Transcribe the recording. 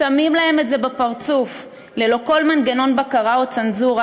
שמים להם את זה בפרצוף ללא כל מנגנון בקרה וצנזורה,